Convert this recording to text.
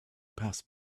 passed